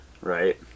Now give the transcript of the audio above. right